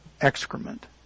excrement